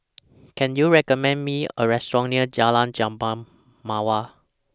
Can YOU recommend Me A Restaurant near Jalan Jambu Mawar